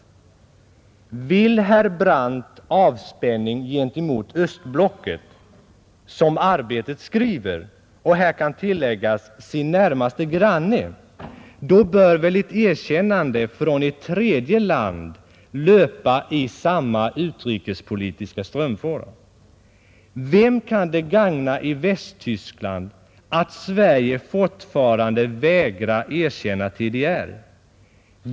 Vill herr Brandt avspäning gentemot östblocket — som Arbetet skriver — och, kan det tilläggas, sin närmaste granne, då bör väl ett erkännande från ett tredje land löpa i samma utrikespolitiska strömfåra? Vem kan det gagna i Västtyskland, att Sverige fortfarande vägrar erkänna TDR?